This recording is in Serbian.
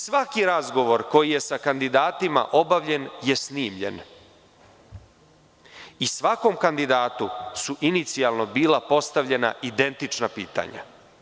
Svaki razgovor koji je sa kandidatima obavljen je snimljen i svakom kandidatu su inicijalno bila postavljena identična pitanja.